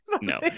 no